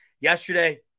Yesterday